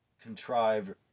contrive